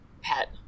Pet